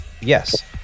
yes